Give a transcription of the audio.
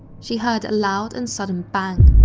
she heard a loud and sudden bang.